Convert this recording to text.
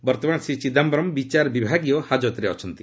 ବର୍ତ୍ତମାନ ଶ୍ରୀ ଚିଦାୟରମ୍ ବିଚାର ବିଭାଗୀୟ ହାଜତ୍ରେ ଅଛନ୍ତି